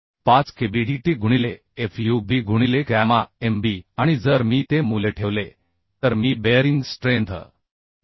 5 KB dt गुणिले FuB गुणिले gamma mB आणि जर मी ते मूल्य ठेवले तर मी बेअरिंग स्ट्रेंथ 72